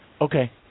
Okay